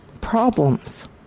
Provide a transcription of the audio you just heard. problems